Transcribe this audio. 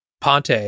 Ponte